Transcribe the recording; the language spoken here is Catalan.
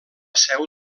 seu